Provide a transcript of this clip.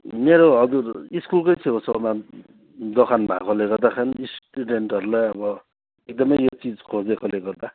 मेरो हजुर स्कुलकै छेउछाउमा दोकान भएकोले गर्दाखेरि स्टुडेन्टहरूलाई अब एकदमै यो चिज खोजेकोले गर्दा